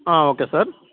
okay sir